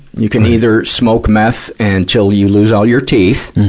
you can either smoke meth until you lose all your teeth.